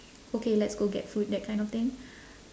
okay let's go get food that kind of thing